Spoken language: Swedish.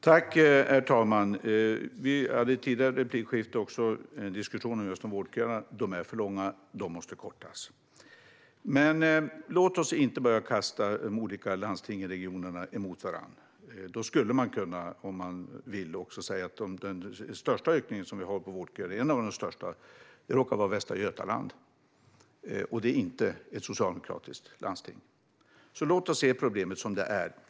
Herr talman! Vi hade i ett tidigare replikskifte också en diskussion om att vårdköerna är för långa och måste kortas. Men låt oss inte börja kasta de olika landstingen och regionerna mot varandra. Då skulle man också kunna säga, om man vill det, att en av de största ökningarna av vårdköerna råkar vara i Västra Götaland, och det är inte ett socialdemokratiskt landsting. Låt oss alltså se problemet som det är.